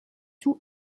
tout